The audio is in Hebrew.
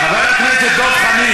את לא יכולה לשקר, חבר הכנסת דב חנין.